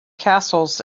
castles